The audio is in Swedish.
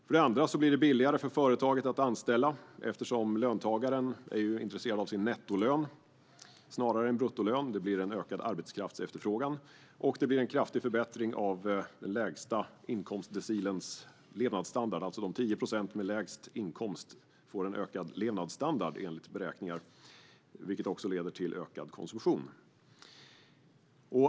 För det andra blir det billigare för företaget att anställa eftersom löntagaren är intresserad av sin nettolön snarare än av sin bruttolön. Det leder till ökad arbetskraftsefterfrågan. För det tredje blir det en kraftig förbättring av den lägsta inkomstdecilens levnadsstandard. De 10 procenten med lägst inkomst får enligt beräkningar högre levnadsstandard, vilket också leder till ökad konsumtion.